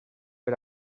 per